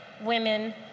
women